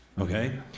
Okay